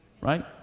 right